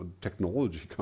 technology